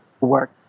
work